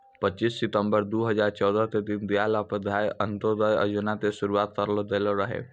पच्चीस सितंबर दू हजार चौदह के दीन दयाल उपाध्याय अंत्योदय योजना के शुरुआत करलो गेलो रहै